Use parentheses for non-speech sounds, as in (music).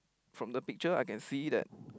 from the picture I can see that (noise)